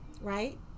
right